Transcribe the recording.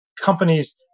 companies